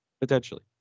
potentially